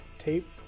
tape